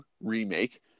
remake